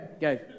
go